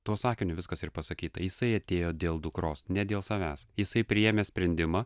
tuo sakiniu viskas ir pasakyta jisai atėjo dėl dukros ne dėl savęs jisai priėmė sprendimą